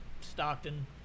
Stockton –